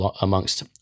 amongst